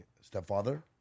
stepfather